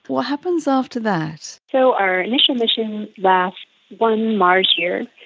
what happens after that? so our initial mission lasts one mars year,